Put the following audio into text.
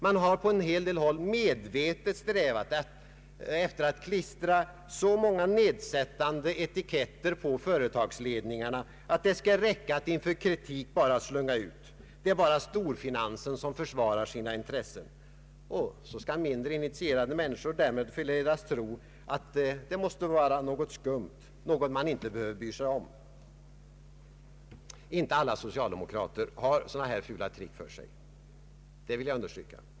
Man har på en del håll medvetet strävat efter att klistra så många nedsättande etiketter på företagsledningarna, att det skall räcka med att inför kritik bara slunga ut: ”Det är bara storfinansen som försvarar sina intressen” och så skall mindre initierade människor därmed förledas att tro att det måste vara något skumt, något man inte behöver bry sig om. Inte alla socialdemokrater har sådana här fula trick för sig, det vill jag understryka.